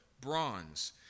bronze